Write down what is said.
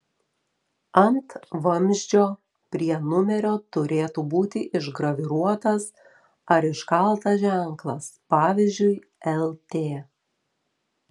ant vamzdžio prie numerio turėtų būti išgraviruotas ar iškaltas ženklas pavyzdžiui lt